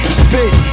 spit